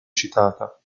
citata